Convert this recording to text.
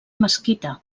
mesquita